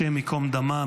השם ייקום דמה,